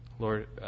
Lord